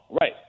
right